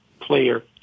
player